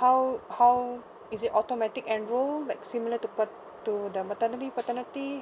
how how is it automatic enroll like similar to pat~ to the maternity paternity